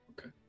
Okay